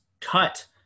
cut